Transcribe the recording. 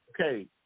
Okay